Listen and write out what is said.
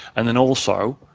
and then also,